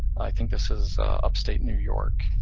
i think this is upstate new york.